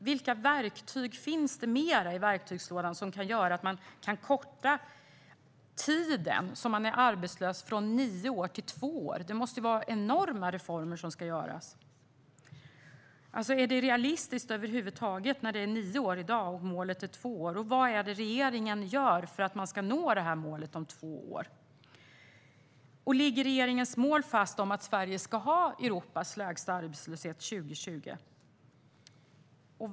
Vilka verktyg finns det mer i verktygslådan som kan göra att man kortar den tid som nyanlända är arbetslösa, från nio år till två år? Det måste vara enorma reformer som ska göras. Är det realistiskt över huvud taget när det är nio år i dag och målet är två år? Vad gör regeringen för att nå detta mål? Ligger regeringens mål om att Sverige ska ha Europas lägsta arbetslöshet 2020 fast?